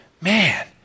man